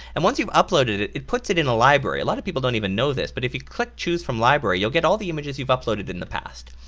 and once you've uploaded it, it puts it in a library. a lot of people don't even know this but if you click choose from library, you'll get all the images you've uploaded in the past.